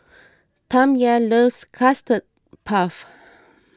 Tamya loves Custard Puff